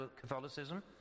Catholicism